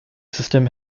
system